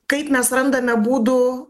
kaip mes randame būdų